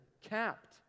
capped